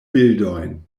bildojn